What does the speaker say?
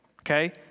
Okay